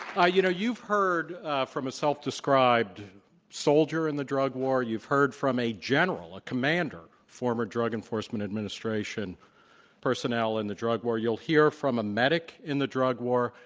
you know, you've heard from a self described soldier in the drug war. you've heard from a general, a commander, former drug enforcement administration personnel in the drug war. you'll hear from a medic in the drug war.